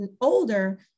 older